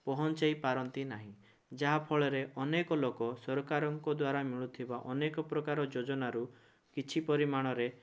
ପହଞ୍ଚାଇପାରନ୍ତି ନାହିଁ ଯାହା ଫଳରେ ଅନେକ ଲୋକ ସରକାରଙ୍କ ଦ୍ଵାରା ମିଳୁଥିବା ଅନେକପ୍ରକାର ଯୋଜନାରୁ କିଛି ପରିମାଣରେ